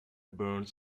burns